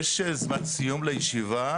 יש זמן סיום לישיבה?